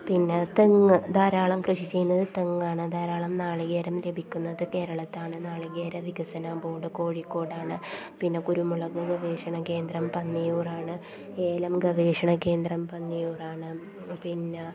പിന്നെ തെങ്ങ് ധാരാളം കൃഷി ചെയ്യുന്നത് തെങ്ങാണ് ധാരാളം നാളികേരം ലഭിക്കുന്നത് കേരളത്തിലാണ് നാളികേര വികസന ബോർഡ് കോഴിക്കോടാണ് പിന്നെ കുരുമുളക് ഗവേഷണ കേന്ദ്രം പന്നിയൂർ ആണ് ഏലം ഗവേഷണ കേന്ദ്രം പന്നിയൂർ ആണ് പിന്നെ